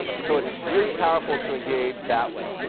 so it's really powerful to engage that way.